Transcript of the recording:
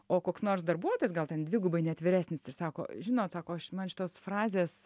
o koks nors darbuotojas gal ten dvigubai net vyresnis ir sako žinot sako aš man šitos frazės